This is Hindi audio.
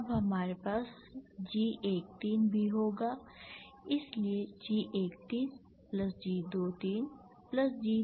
अब हमारे पास G13 भी होगा इसलिए G13 plus G23 plus G33